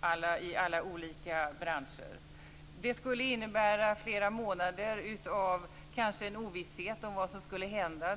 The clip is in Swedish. alla de olika branscherna? Det skulle kanske innebära flera månader av ovisshet om vad som skulle hända.